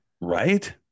Right